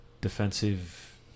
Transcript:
defensive